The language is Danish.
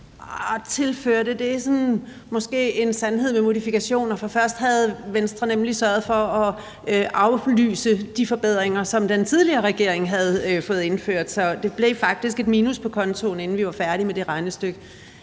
Arh, tilførte? Det er måske en sandhed med modifikationer, for først havde Venstre nemlig sørget for at aflyse de forbedringer, som den tidligere regering havde fået indført. Så det blev faktisk et minus på kontoen, inden vi var færdige med det regnestykke.